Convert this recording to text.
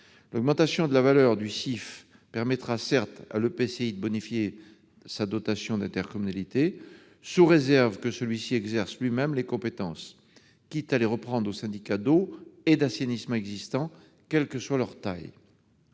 L'augmentation de la valeur du CIF permettra certes à l'EPCI de bonifier sa dotation d'intercommunalité, sous réserve d'exercer lui-même les compétences, quitte à les reprendre aux syndicats d'eau et d'assainissement existants, quelle que soit leur taille.